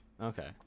Okay